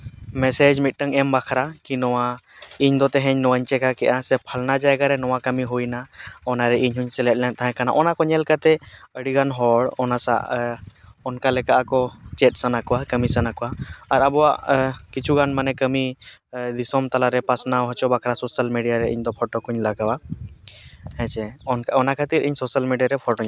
message ᱢᱤᱫᱴᱟᱝ ᱮᱢ ᱵᱟᱠᱷᱟᱨᱟ ᱠᱤ ᱱᱚᱣᱟ ᱤᱧᱫᱚ ᱛᱮᱦᱮᱧ ᱱᱚᱣᱟᱹᱧ ᱪᱤᱠᱟᱹ ᱠᱮᱫᱼᱟ ᱥᱮ ᱯᱷᱟᱞᱱᱟ ᱡᱟᱭᱜᱟ ᱨᱮ ᱱᱚᱣᱟ ᱠᱟᱹᱢᱤ ᱦᱩᱭᱮᱱᱟ ᱚᱱᱟᱨᱮ ᱤᱧᱦᱚᱸᱧ ᱥᱮᱞᱮᱫ ᱞᱮᱱ ᱛᱟᱦᱮᱸ ᱠᱟᱱᱟ ᱱᱚᱜᱼᱚ ᱚᱱᱟ ᱠᱚ ᱧᱮᱞᱠᱟᱛᱮ ᱟᱹᱰᱤ ᱜᱟᱱ ᱦᱚᱲ ᱚᱱᱟᱥᱟᱜ ᱚᱱᱠᱟ ᱞᱮᱠᱟ ᱟᱠᱚ ᱪᱮᱫ ᱥᱟᱱᱟ ᱠᱚᱣᱟ ᱠᱟᱹᱢᱤ ᱥᱟᱱᱟ ᱠᱚᱣᱟ ᱟᱨ ᱟᱵᱚᱣᱟ ᱠᱤᱪᱷᱩᱜᱟᱱ ᱢᱟᱱᱮ ᱠᱟᱹᱢᱤ ᱫᱤᱥᱚᱢ ᱛᱟᱞᱟᱨᱮ ᱯᱟᱥᱱᱟᱣ ᱦᱚᱪᱚ ᱵᱟᱠᱷᱟᱨᱟ ᱥᱳᱥᱟᱞ ᱢᱤᱰᱤᱭᱟᱨᱮ ᱤᱧᱫᱚ ᱯᱷᱳᱴᱳ ᱠᱚᱧ ᱞᱟᱜᱟᱣᱟ ᱦᱮᱸ ᱪᱮ ᱚᱱ ᱚᱱᱟ ᱠᱷᱟᱹᱛᱤᱨ ᱤᱧ ᱥᱳᱥᱟᱞ ᱢᱤᱰᱤᱭᱟᱨᱮ ᱯᱷᱳᱴᱳᱧ ᱞᱟᱜᱟᱣᱟ